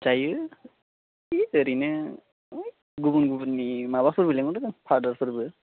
जायो ओरैनो गुबुन गुबुननि माबाफोरबो लिंहरो फाडारफोरबो